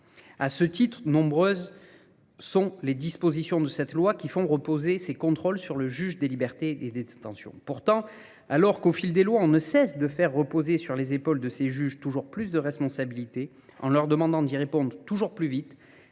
A ce titre, nombreuses sont les dispositions de cette loi qui font reposer ces contrôles sur le juge des libertés et des tensions. Pourtant, alors qu'au fil des lois, on ne cesse de faire reposer sur les épaules de ces juges toujours plus de responsabilités, en leur demandant d'y répondre toujours plus vite,